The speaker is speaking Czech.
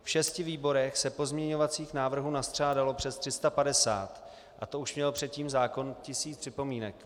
V šesti výborech se pozměňovacích návrhů nastřádalo přes 350, a to už měl předtím zákon 1000 připomínek.